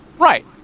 Right